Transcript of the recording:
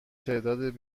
تعداد